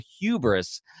hubris